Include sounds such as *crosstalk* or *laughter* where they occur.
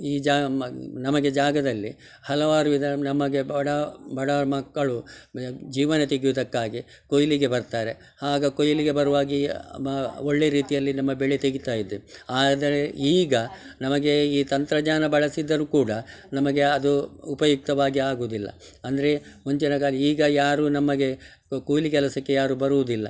ಈ ಜಾ ಮ ನಮಗೆ ಜಾಗದಲ್ಲಿ ಹಲವಾರು ವಿಧ ನಮಗೆ ಬಡ ಬಡ ಮಕ್ಕಳು ಜೀವನ ತೆಗೆಯುವುದಕ್ಕಾಗಿ ಕೊಯ್ಲಿಗೆ ಬರ್ತಾರೆ ಆಗ ಕೊಯ್ಲಿಗೆ ಬರುವಾಗ ಒಳ್ಳೆ ರೀತಿಯಲ್ಲಿ ನಮ್ಮ ಬೆಳೆ ತೆಗಿತಾ ಇದ್ದೆವು ಆದರೆ ಈಗ ನಮಗೆ ಈ ತಂತ್ರಜ್ಞಾನ ಬಳಸಿದ್ದರು ಕೂಡ ನಮಗೆ ಅದು ಉಪಯುಕ್ತವಾಗಿ ಆಗುವುದಿಲ್ಲ ಅಂದರೆ ಮುಂಚಿನ *unintelligible* ಈಗ ಯಾರೂ ನಮಗೆ ಕೂಲಿ ಕೆಲಸಕ್ಕೆ ಯಾರೂ ಬರುವುದಿಲ್ಲ